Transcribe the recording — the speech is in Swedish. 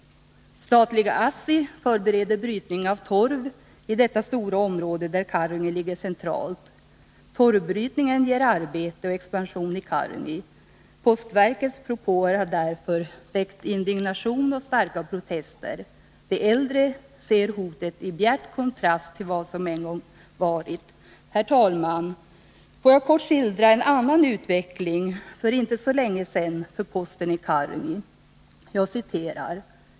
Statliga ASSI förbereder brytning av torv i detta stora område, där Karungi ligger centralt. Torvbrytningen ger arbete och expansion i Karungi. Postverkets propåer har därför väckt indignation och starka protester. De äldre ser hotet i bjärt kontrast till vad som en gång har varit. Herr talman! Får jag kort skildra en annan utveckling — för inte så länge sedan — för posten i Karungi.